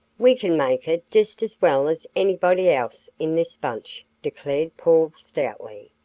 we can make it just as well as anybody else in this bunch, declared paul, stoutly.